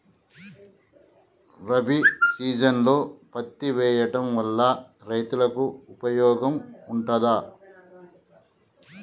రబీ సీజన్లో పత్తి వేయడం వల్ల రైతులకు ఉపయోగం ఉంటదా?